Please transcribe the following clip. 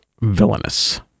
Villainous